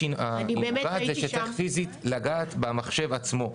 הנקודה היא שצריך פיזית לגעת במחשב עצמו.